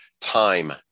time